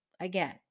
again